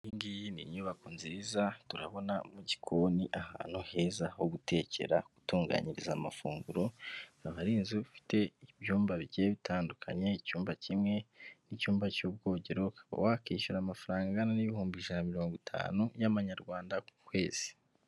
Iyi ngiyi ni inyubako nziza turabona mu gikoni ahantu heza ho gutekera; gutunganyiriza amafunguro, akaba ari inzu ifite ibyumba bigiye bitandukanye; icyumba kimwe n'icyumba cy'ubwogero, ukaba wakishyura amafaranga angana n'ibihumbi ijana mirongo itanu y'amanyarwanda ku kwezi.